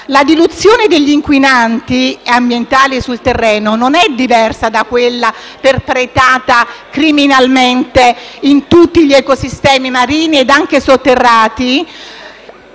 La diluizione degli inquinanti ambientali sul terreno non è diversa da quella perpetrata criminalmente in tutti gli ecosistemi marini ed interrati.